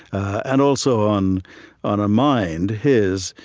and also on on a mind, his,